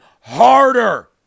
harder